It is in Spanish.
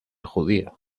judío